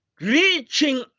reaching